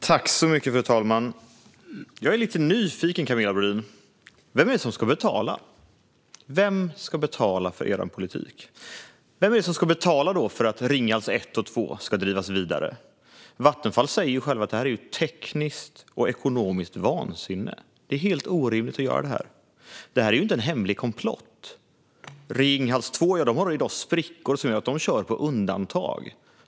Fru talman! Jag är lite nyfiken, Camilla Brodin. Vem är det som ska betala? Vem ska betala för er politik? Vem ska betala för att Ringhals 1 och 2 ska drivas vidare? Vattenfall säger själva att det är tekniskt och ekonomiskt vansinne. Det är helt orimligt att göra det. Det här är inte en hemlig komplott. Ringhals 2 har i dag sprickor i sin bottenplatta, vilket gör att man kör på undantag.